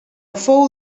fou